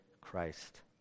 Christ